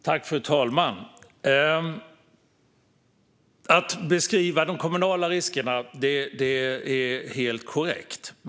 Fru talman! Att beskriva de kommunala riskerna är helt korrekt.